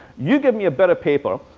you give me a better paper,